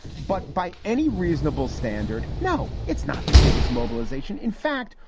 but by any reasonable standard, no, it's not the biggest mobilization. in fact,